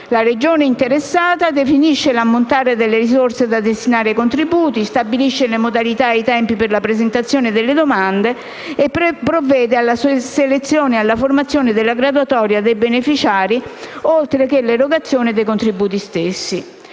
La Regione interessata definisce l'ammontare delle risorse da destinare ai contributi, stabilisce le modalità e i tempi per la presentazione delle domande e provvede alla selezione e alla formazione della graduatoria dei beneficiari, oltre che all'erogazione dei contributi stessi,